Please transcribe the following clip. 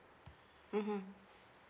mmhmm